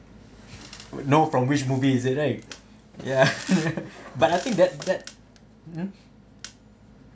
no from which movie is it right ya but I think that that hmm